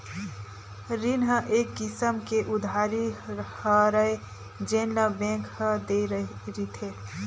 रीन ह एक किसम के उधारी हरय जेन ल बेंक ह दे रिथे